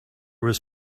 was